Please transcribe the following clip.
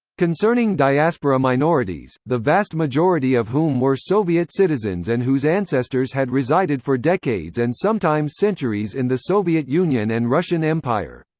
concerning diaspora minorities, the vast majority of whom were soviet citizens and whose ancestors had resided for decades and sometimes centuries in the soviet union and russian empire,